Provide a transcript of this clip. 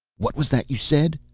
what was that you said?